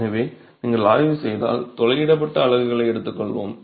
எனவே நீங்கள் ஆய்வு செய்தால் துளையிடப்பட்ட அலகுகளை எடுத்துக்கொள்வோம்